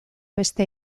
beste